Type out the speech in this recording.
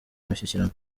imishyikirano